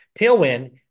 Tailwind